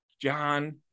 john